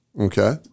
okay